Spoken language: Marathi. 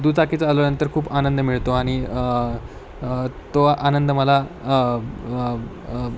दुचाकी चालवल्यानंतर खूप आनंद मिळतो आणि तो आनंद मला